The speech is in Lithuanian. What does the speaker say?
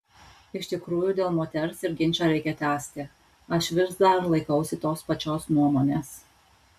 iš tikrųjų dėl moters ir ginčą reikia tęsti aš vis dar laikausi tos pačios nuomonės